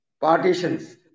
partitions